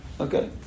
Okay